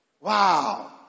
Wow